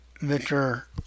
Victor